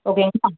ஓகேங்களா